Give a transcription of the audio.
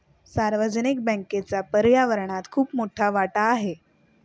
सार्वजनिक बँकेचा पर्यावरणात खूप मोठा वाटा आहे